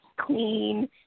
clean